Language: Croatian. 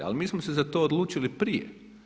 Ali mi smo se za to odlučili prije.